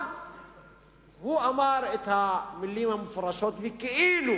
אבל הוא אמר את המלים המפורשות וכאילו